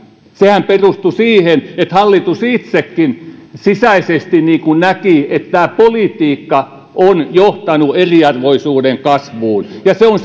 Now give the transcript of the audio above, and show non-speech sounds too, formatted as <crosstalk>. sehän perustui siihen että hallitus itsekin sisäisesti näki että tämä politiikka on johtanut eriarvoisuuden kasvuun ja se on <unintelligible>